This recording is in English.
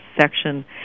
section